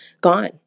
gone